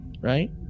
right